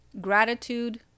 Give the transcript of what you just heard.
Gratitude